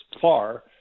far